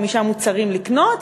5 מוצרים לקנות,